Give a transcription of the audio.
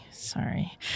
Sorry